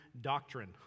doctrine